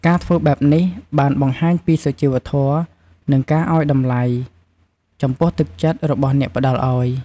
ការធ្វើបែបនេះ បានបង្ហាញពីសុជីវធម៌ និងការឲ្យតម្លៃចំពោះទឹកចិត្តរបស់អ្នកផ្តល់ឲ្យ។